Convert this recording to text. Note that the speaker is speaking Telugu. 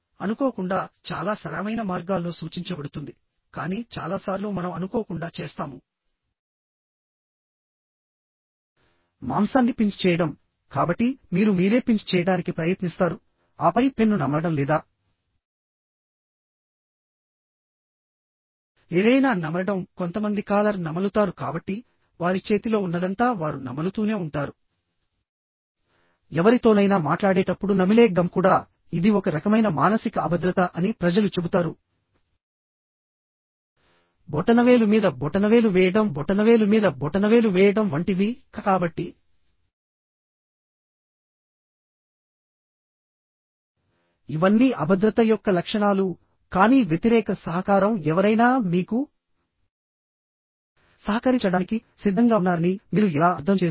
అనుకోకుండా చాలా సరళమైన మార్గాల్లో సూచించబడుతుంది కానీ చాలా సార్లు మనం అనుకోకుండా చేస్తాము మాంసాన్ని పించ్ చేయడం కాబట్టి మీరు మీరే పించ్ చేయడానికి ప్రయత్నిస్తారు ఆపై పెన్ను నమలడం లేదా ఏదైనా నమలడం కొంతమంది కాలర్ నమలుతారు కాబట్టి వారి చేతిలో ఉన్నదంతా వారు నమలుతూనే ఉంటారు ఎవరితోనైనా మాట్లాడేటప్పుడు నమిలే గమ్ కూడాఇది ఒక రకమైన మానసిక అభద్రత అని ప్రజలు చెబుతారు బొటనవేలు మీద బొటనవేలు వేయడంబొటనవేలు మీద బొటనవేలు వేయడం వంటివి కాబట్టి ఇవన్నీ అభద్రత యొక్క లక్షణాలుకానీ వ్యతిరేక సహకారం ఎవరైనా మీకు సహకరించడానికి సిద్ధంగా ఉన్నారని మీరు ఎలా అర్థం చేసుకుంటారు